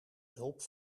hulp